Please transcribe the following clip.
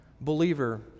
believer